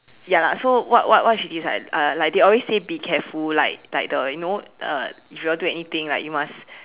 ya lah so what what what she did is like uh like always they always say be careful like like the you know uh if you all do anything like you must